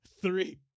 three